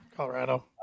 colorado